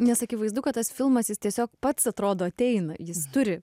nes akivaizdu kad tas filmas jis tiesiog pats atrodo ateina jis turi